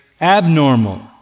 abnormal